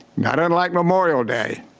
not unlike memorial day.